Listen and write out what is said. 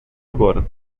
agora